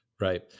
Right